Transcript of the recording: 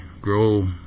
grow